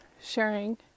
sharing